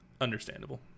Understandable